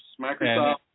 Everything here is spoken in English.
Microsoft